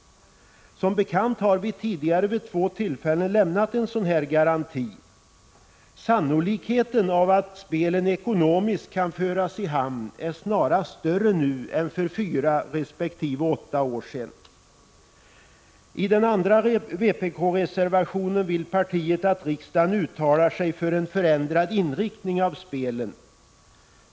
Som bekant har vi tidigare vid två tillfällen lämnat en sådan här garanti. Sannolikheten för att spelen ekonomiskt kan föras i hamn är snarare större nu än för fyra resp. sex år sedan. I den andra vpk-reservationen vill partiet att riksdagen uttalar sig för en förändrad inriktning av spelen.